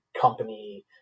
company